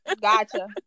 Gotcha